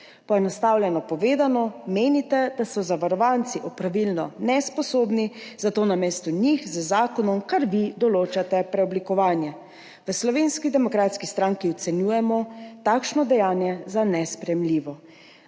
Poenostavljeno povedano menite, da so zavarovanci opravilno nesposobni, zato namesto njih z zakonom kar vi določate preoblikovanje. V Slovenski demokratski stranki ocenjujemo takšno dejanje za nesprejemljivo